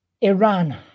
Iran